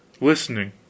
listening